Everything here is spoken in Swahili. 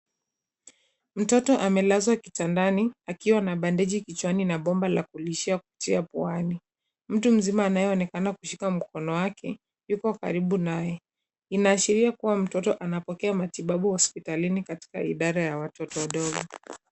Mtoto amelazwa kitandani, akiwa na bandeji kichwani na bomba la kulishia kupitia puani. Mtu mzima anayeonekana kushika mkono wake, yupo karibu naye. Inaashiria kua mtoto anapokea matibabu hospitalini katika idara ya watoto wadogo.